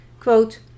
quote